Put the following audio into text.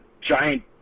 giant